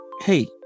hey